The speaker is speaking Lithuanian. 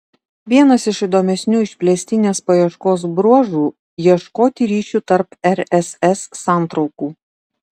vienas iš įdomesnių išplėstinės paieškos bruožų ieškoti ryšių tarp rss santraukų